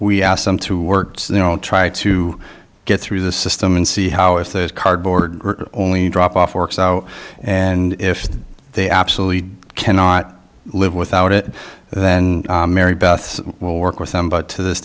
we asked them to works there and try to get through the system and see how if those cardboard only drop off works out and if they absolutely cannot live without it then marybeth will work with them but to this